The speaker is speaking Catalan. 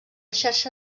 xarxa